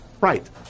Right